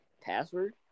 password